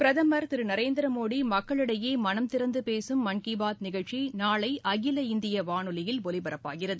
பிரதம் திரு நரேந்திர மோடி மக்களிடையே மனம் திறந்து பேசும் மன் கீ பாத் நிகழ்ச்சி நாளை அகில இந்திய வானொலியில் ஒலிபரப்பாகிறது